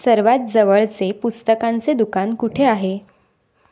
सर्वात जवळचे पुस्तकांचे दुकान कुठे आहे